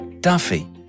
Duffy